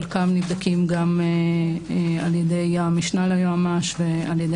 חלקם נבדקים גם ע"י המשנה ליועמ"ש וע"י